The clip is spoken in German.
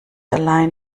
allein